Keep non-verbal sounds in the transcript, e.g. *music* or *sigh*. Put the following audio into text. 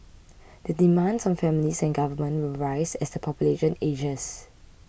*noise* the demands on families and government will rise as the population ages